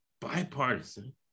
bipartisan